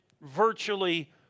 virtually